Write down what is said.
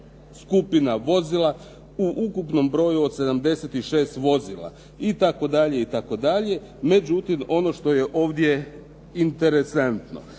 skupina vozila u ukupnom broju od 76 vozila itd. itd.“ Međutim, ono što je ovdje interesantno.